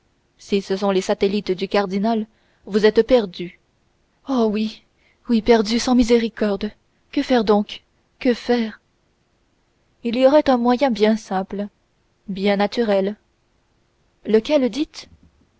si ce sont les satellites du cardinal vous êtes perdue oh oui oui perdue sans miséricorde que faire donc que faire il y aurait un moyen bien simple bien naturel lequel